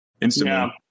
instantly